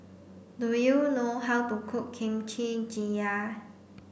do you know how to cook Kimchi Jjigae